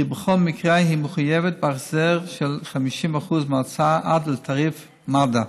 וכי בכל מקרה היא מחויבת בהחזר של 50% מההוצאה עד לתעריף מד"א.